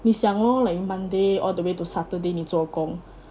你想 lor like monday all the way to saturday 你做工